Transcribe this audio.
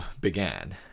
began